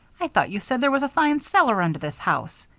i thought you said there was a fine cellar under this house?